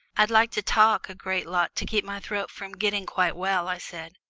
i'd like to talk a great lot to keep my throat from getting quite well, i said,